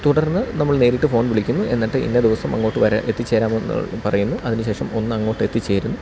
തുടർന്ന് നമ്മൾ നേരിട്ട് ഫോൺ വിളിക്കുന്നു എന്നിട്ട് ഇന്ന ദിവസം അങ്ങോട്ട് വരാൻ എത്തിച്ചേരാമെന്ന് പറയുന്നു അതിനു ശേഷം ഒന്ന് അങ്ങോട്ട് എത്തിച്ചേരുന്നു